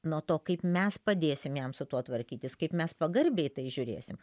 nuo to kaip mes padėsim jam su tuo tvarkytis kaip mes pagarbiai į tai žiūrėsim